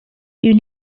you